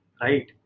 right